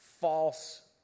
false